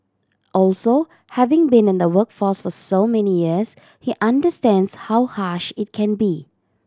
also having been in the workforce for so many years he understands how harsh it can be